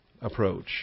approach